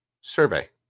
survey